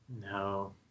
No